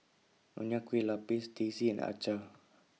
Nonya Kueh Lapis Teh C and Acar